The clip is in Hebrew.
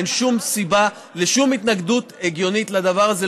אין שום סיבה לשום התנגדות הגיונית לדבר הזה.